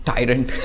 Tyrant